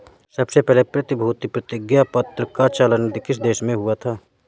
सबसे पहले प्रतिभूति प्रतिज्ञापत्र का चलन किस देश में हुआ था?